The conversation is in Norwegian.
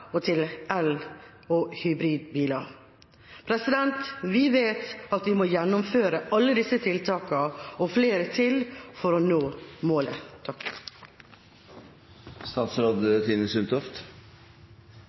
og til el- og hybridbiler. Vi vet at vi må gjennomføre alle disse tiltakene, og flere til, for å nå målet.